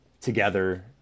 together